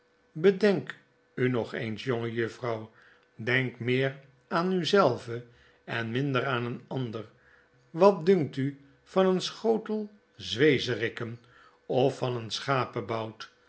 bedenk u nog eens jongejuffrouw denk meer aan u zelve en minder aan een ander wat dunkt u van een schotel zwezerikken of van een